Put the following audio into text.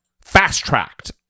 fast-tracked